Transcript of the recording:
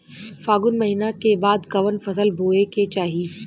फागुन महीना के बाद कवन फसल बोए के चाही?